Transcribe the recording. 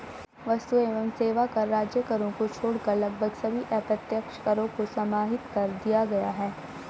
वस्तु एवं सेवा कर राज्य करों को छोड़कर लगभग सभी अप्रत्यक्ष करों को समाहित कर दिया है